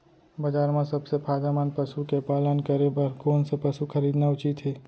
बजार म सबसे फायदामंद पसु के पालन करे बर कोन स पसु खरीदना उचित हे?